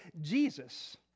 Jesus